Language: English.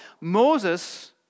Moses